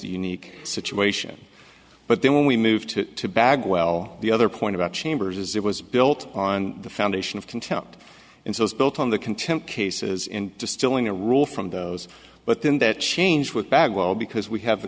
unique situation but then we move to the bagwell the other point about chambers is it was built on the foundation of contempt and so it's built on the contempt cases in distilling a rule from those but then that change with bagwell because we have